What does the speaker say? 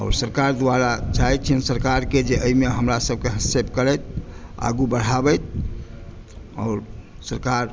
आओर सरकार द्वारा चाहैत छी हम सरकारकेँ जे एहिमे हमरा सभकेँ हस्तक्षेप करथि आगू बढ़ाबथि आओर सरकार